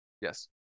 Yes